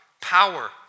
power